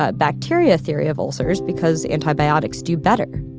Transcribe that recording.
ah bacteria theory of ulcers because antibiotics do better